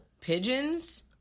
pigeons